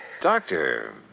Doctor